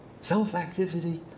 self-activity